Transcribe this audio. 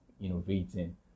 innovating